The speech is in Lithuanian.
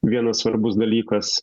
vienas svarbus dalykas tai